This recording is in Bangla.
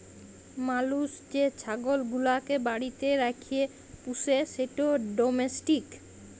মালুস যে ছাগল গুলাকে বাড়িতে রাখ্যে পুষে সেট ডোমেস্টিক